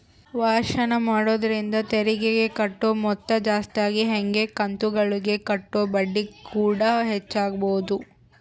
ವರ್ಷಾಶನ ಮಾಡೊದ್ರಿಂದ ತೆರಿಗೆಗೆ ಕಟ್ಟೊ ಮೊತ್ತ ಜಾಸ್ತಗಿ ಹಂಗೆ ಕಂತುಗುಳಗ ಕಟ್ಟೊ ಬಡ್ಡಿಕೂಡ ಹೆಚ್ಚಾಗಬೊದು